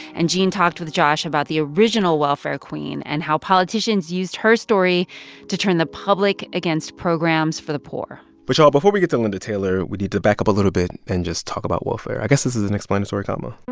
and gene talked with josh about the original welfare queen and how politicians used her story to turn the public against programs for the poor but, y'all, before we get to linda taylor, we need to back up a little bit and just talk about welfare. i guess this is an explanatory comma